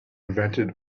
invented